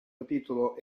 capitolo